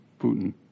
Putin